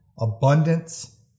abundance